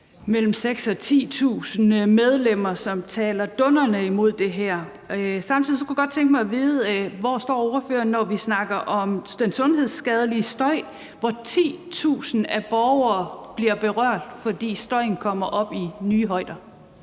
mellem 6.000 og 10.000 medlemmer, som taler dundrende imod det her. Samtidig kunne jeg godt tænke mig at vide, hvor ordføreren står, når vi snakker om den sundhedsskadelige støj, hvor 10.000 borgere bliver berørt, fordi støjen kommer op i nye højder.